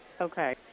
okay